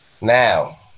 Now